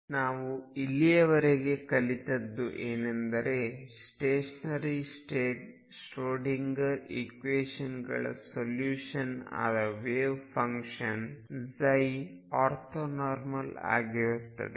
x ಮತ್ತು p ಆಪರೇಟರ್ಗಳ wavefunction ಮತ್ತು ಎಕ್ಸ್ಪೆಕ್ಟೇಶನ್ ವ್ಯಾಲ್ಯೂಗಳ ಬಗ್ಗೆ ಬಾರ್ನ್ನ ವ್ಯಾಖ್ಯಾನ ನಾವು ಇಲ್ಲಿಯವರೆಗೆ ಕಲಿತದ್ದು ಏನೆಂದರೆ ಸ್ಟೇಷನರಿ ಸ್ಟೇಟ್ ಶ್ರೊಡಿಂಗರ್ ಇಕ್ವೇಶನ್ಗಳ ಸೊಲ್ಯೂಷನ್ ಆದ ವೆವ್ಫಂಕ್ಷನ್ ψ ಆರ್ಥೋನಾರ್ಮಲ್ ಆಗಿರುತ್ತದೆ